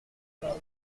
ils